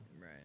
Right